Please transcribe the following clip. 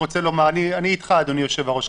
אני אתך, אדוני יושב הראש.